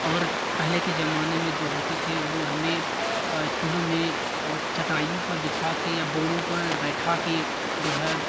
और पहले के जमाने में जो होते थे वो हमें स्कूलों में वो चटाइयों पर बिछा के या बोड़ों पर बैठा के जो है